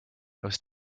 was